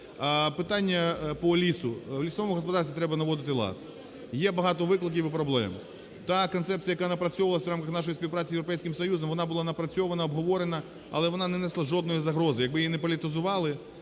Питання по лісу. В лісовому господарстві треба наводити лад. Є багато викликів і проблем. Та концепція, яка напрацьовувалася в рамках нашої співпраці з Європейським Союзом, вона була напрацьована, обговорена, але вона не несла жодної загрози. Якби її не політизували,